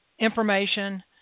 information